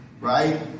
right